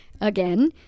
again